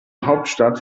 hauptstadt